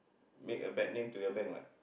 make a bad name to your bank what